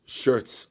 shirts